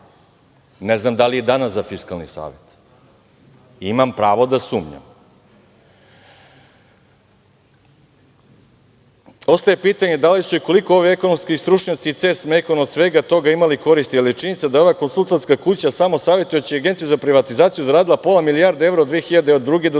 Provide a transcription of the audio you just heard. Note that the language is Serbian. Ne znam da li i danas za Fiskalni savet. Imam pravo da sumnjam. Ostaje pitanje da li su i koliko ovi ekonomski stručnjaci CES Mekon od svega toga imali koristi, ali činjenica da ova konsultantska kuća samo savetujući Agenciju za privatizaciju zaradila pola milijarde evra od 2002. do 2009.